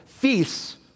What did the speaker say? feasts